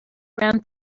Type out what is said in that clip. ran